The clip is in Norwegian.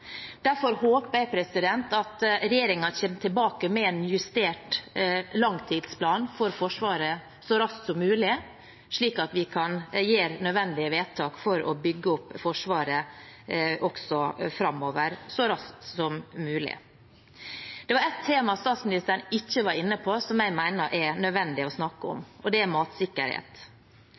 Derfor håper jeg at regjeringen kommer tilbake med en justert langtidsplan for Forsvaret så raskt som mulig, slik at vi kan gjøre nødvendige vedtak for å bygge opp Forsvaret framover så raskt som mulig. Det var ett tema statsministeren ikke var inne på, men som jeg mener det er nødvendig å snakke om, og det er matsikkerhet.